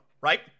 right